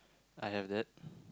I have that